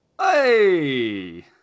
Hey